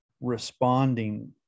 responding